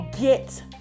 get